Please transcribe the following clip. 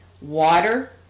water